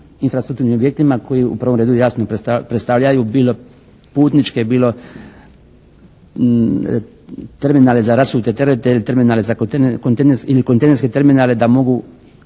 infrastrukturnim objektima koji u prvom redu jasno predstavljaju bilo putničke, bilo terminale za rasute terete, terminale za kontejnere ili kontejnerske terminale da mogu